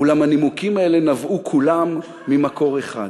אולם הנימוקים האלה נבעו כולם ממקור אחד,